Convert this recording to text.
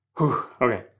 okay